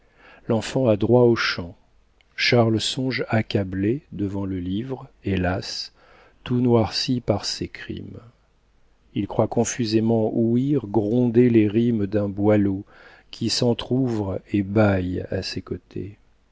l'enfant a droit aux champs charles songe accablé devant le livre hélas tout noirci par ses crimes il croit confusément ou r gronder les rimes d'un boileau qui s'entr'ouvre et bâille à ses côtés